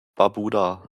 barbuda